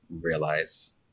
realize